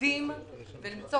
להקדים ולמצוא